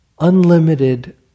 Unlimited